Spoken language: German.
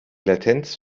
latenz